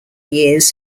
years